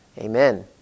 Amen